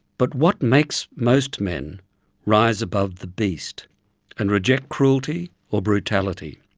but what makes most men rise above the beast and reject cruelty or brutality?